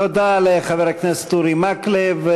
תודה לחבר הכנסת אורי מקלב.